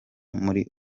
muri